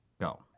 Go